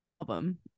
album